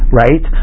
right